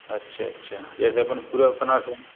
आच्छा अच्छा जैसे अपन पूरा